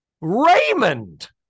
Raymond